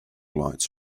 lights